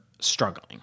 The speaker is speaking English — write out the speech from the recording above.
struggling